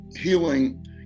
healing